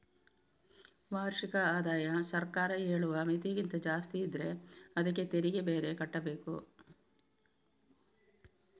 ವಾರ್ಷಿಕ ಆದಾಯ ಸರ್ಕಾರ ಹೇಳುವ ಮಿತಿಗಿಂತ ಜಾಸ್ತಿ ಇದ್ರೆ ಅದ್ಕೆ ತೆರಿಗೆ ಬೇರೆ ಕಟ್ಬೇಕು